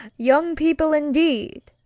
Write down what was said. young people indeed!